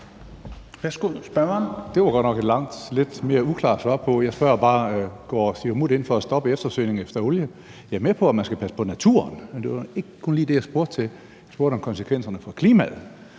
Det var godt nok et langt, lidt uklart svar. Jeg spørger bare: Går Siumut ind for at stoppe eftersøgningen efter olie? Jeg er med på, at man skal passe på naturen, men det var ikke kun lige det, jeg spurgte til. Jeg spurgte om konsekvenserne for klimaet,